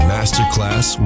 Masterclass